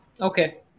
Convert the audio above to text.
Okay